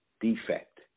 Defect